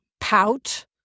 pout